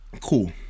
cool